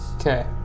Okay